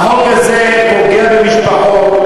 החוק הזה פוגע במשפחות.